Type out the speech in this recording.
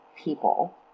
people